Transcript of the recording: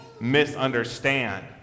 misunderstand